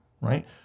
right